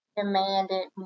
demanded